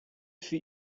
für